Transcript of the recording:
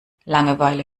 langeweile